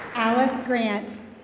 alice grant.